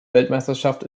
weltmeisterschaft